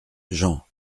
jean